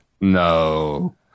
No